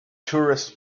tourists